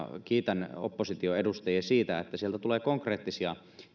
kiitän opposition edustajia siitä että sieltä tulee konkreettisia